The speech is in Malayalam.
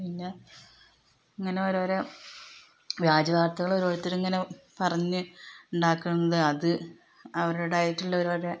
പിന്നെ ഇങ്ങനെ ഓരോരോ വ്യാജ വാർത്തകൾ ഓരോരുത്തര് ഇങ്ങനെ പറഞ്ഞ് ഉണ്ടാക്കുന്നത് അത് അവരോടായിട്ടുള്ള ഓരോരോ